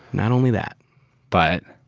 not only that but?